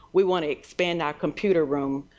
we want to expand our computer room.